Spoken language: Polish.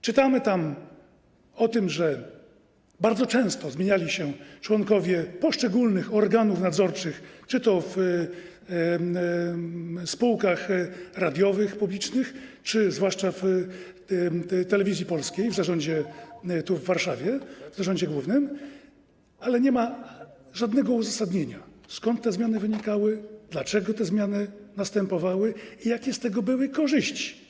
Czytamy tam o tym, że bardzo często zmieniali się członkowie poszczególnych organów nadzorczych, czy to w radiowych spółkach publicznych, czy zwłaszcza w Telewizji Polskiej, w zarządzie głównym w Warszawie, ale nie ma żadnego uzasadnienia, skąd te zmiany wynikały, dlaczego te zmiany następowały i jakie z tego były korzyści.